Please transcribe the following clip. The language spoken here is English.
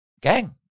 Gang